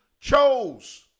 chose